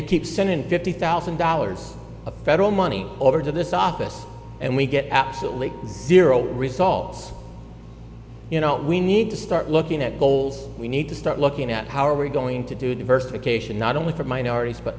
you keep sending fifty thousand dollars of federal money over to this office and we get absolutely zero results you know we need to start looking at goals we need to start looking at how are we going to do diversification not only for minorities but